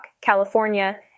California